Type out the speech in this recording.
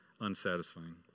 unsatisfying